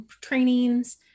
trainings